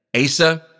Asa